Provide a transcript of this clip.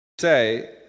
say